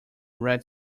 red